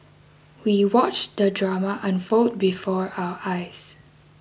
we watched the drama unfold before our eyes